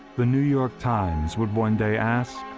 the new york times would one day ask,